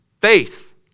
faith